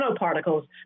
nanoparticles